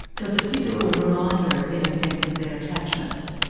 so it's a physical reminder in a sense of their attachments.